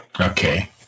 Okay